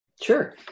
Sure